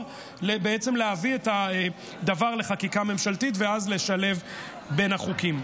להביא את הדבר לחקיקה ממשלתית ואז לשלב בין החוקים.